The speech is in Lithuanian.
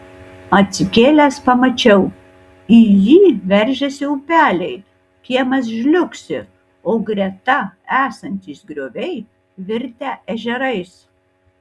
atsikėlęs pamačiau į jį veržiasi upeliai kiemas žliugsi o greta esantys grioviai virtę ežerais